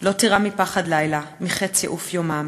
"לא תירא מפחד לילה, מחץ יעוף יומם,